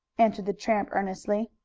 answered the tramp earnestly.